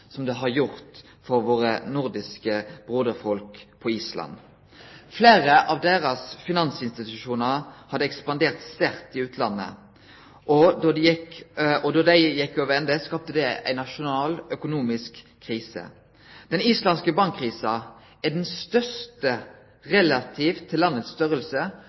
nordiske broderfolk på Island. Fleire av deira finansinstitusjonar hadde ekspandert sterkt i utlandet, og då dei gjekk over ende, skapte det ei nasjonal økonomisk krise. Den islandske bankkrisa er den største krisa, relativt til landets størrelse,